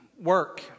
work